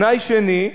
תנאי שני,